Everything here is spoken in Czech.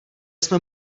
jsme